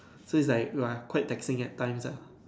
so it's like !wah! quite taxing at times ah